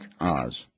Oz